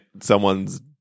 someone's